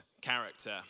character